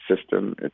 system